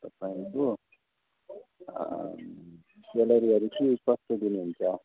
तपाईँको स्यालरीहरू के कस्तो दिनुहुन्छ